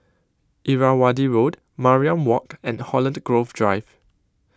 Irrawaddy Road Mariam Walk and Holland Grove Drive